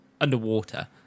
underwater